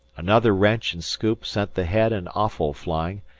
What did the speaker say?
another wrench and scoop sent the head and offal flying,